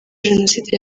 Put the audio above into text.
jenoside